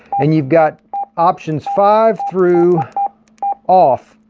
and you've got options five through off,